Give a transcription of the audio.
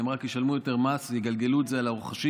הם רק ישלמו יותר מס ויגלגלו את זה על הרוכשים,